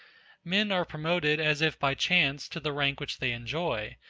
men are promoted as if by chance to the rank which they enjoy,